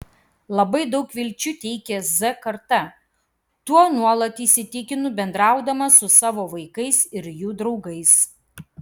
labai daug vilčių teikia z karta tuo nuolat įsitikinu bendraudama su savo vaikais ir jų draugais